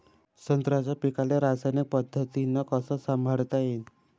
संत्र्याच्या पीकाले रासायनिक पद्धतीनं कस संभाळता येईन?